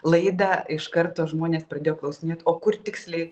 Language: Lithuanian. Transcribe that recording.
laidą iš karto žmonės pradėjo klausinėt o kur tiksliai